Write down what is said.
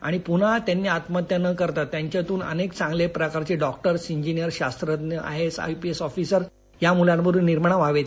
आणि पुन्हा त्यांनी आत्महत्या न करता त्याच्यातून अनेक चांगल्या प्रकारचे डॉक्टर इंजिनियर्स शास्त्रज्ञ आयएस आयपीएस ऑफिसर्स या मुलांमधून निर्माण व्हावेत